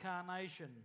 Incarnation